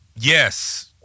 Yes